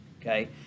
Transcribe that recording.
Okay